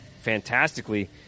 fantastically